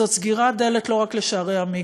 זאת סגירת דלת לא רק לשערי המקווה,